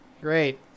Great